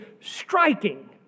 striking